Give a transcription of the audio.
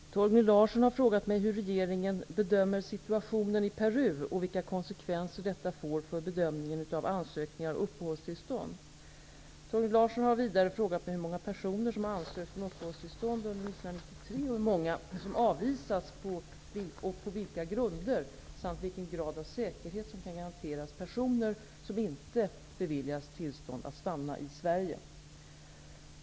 Herr talman! Torgny Larsson har frågat mig hur regeringen bedömer situationen i Peru och vilka konsekvenser detta får för bedömningen av ansökningar om uppehållstillstånd. Torgny Larsson har vidare frågat hur många personer som ansökt om uppehållstillstånd under 1993, hur många som avvisats och på vilka grunder samt vilken grad av säkerhet som kan garanteras personer som inte beviljas tillstånd att stanna i Sverige.